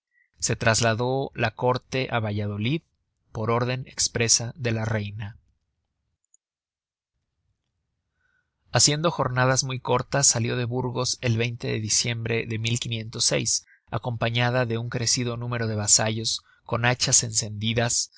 se trasladó la córte á valladolid por órden espresa de la reina haciendo jornadas muy cortas salió de burgos el de diciembre de acompañada de un crecido número de vasallos con hachas encendidas